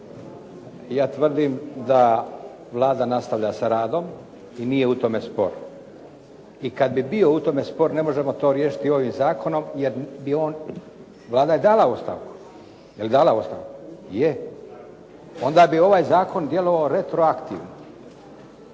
Ja tvrdim da Vlada nastavlja sa radom i time nije u tome spor. I kad bi bio u tome spor ne možemo to riješiti ovim zakonom jer bi on. Vlada je dala ostavku. Je li dala ostavku? Je. Onda bi ovaj zakon djelovao retroaktivno.